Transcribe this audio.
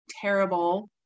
terrible